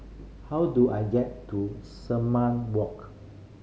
how do I get to Walk